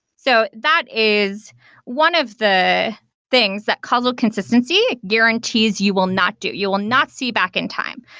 so that is one of the things that causal consistency guarantees you will not do. you will not see back in time.